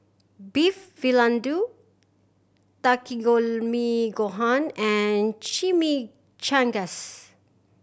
Beef Takikomi Gohan and Chimichangas